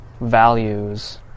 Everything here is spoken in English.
values